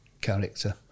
character